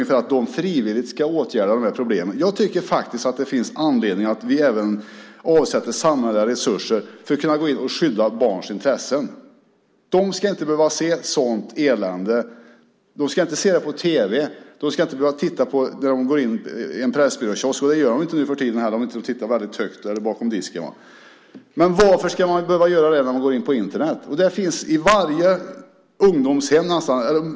Det är som om de frivilligt ska åtgärda de här problemen. Jag tycker faktiskt att det finns anledning för oss att även avsätta samhälleliga resurser för att kunna gå in och skydda barns intressen. De ska inte behöva se sådant elände. De ska inte se det på tv, och de ska inte behöva titta på det när de går in i en pressbyråkiosk. Det gör de inte nu för tiden heller, om de inte tittar väldigt högt eller bakom disken. Men varför ska de behöva göra det när de går ut på Internet?